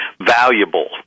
valuable